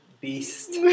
beast